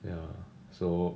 ya so